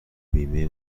بیمه